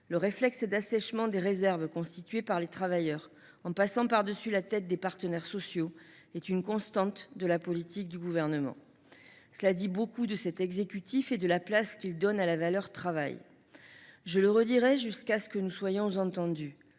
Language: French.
consiste à assécher les réserves constituées par les travailleurs, en passant par dessus la tête des partenaires sociaux, est une constante de la politique du Gouvernement. Cela dit beaucoup de cet exécutif et de la place qu’il donne à la valeur travail. Je le redirai jusqu’à ce que nous soyons entendus